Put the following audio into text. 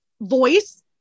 voice